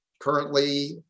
Currently